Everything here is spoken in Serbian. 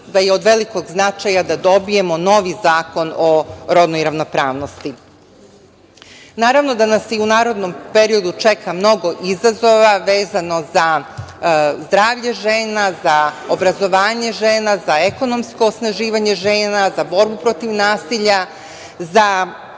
da je od velikog značaja da dobijemo novi zakon o rodnoj ravnopravnosti. Naravno da nas i u narednom periodu čeka mnogo izazova vezano za zdravlje žena, za obrazovanje žena, za ekonomsko osnaživanje žena, za borbu protiv nasilja, za